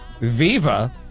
Viva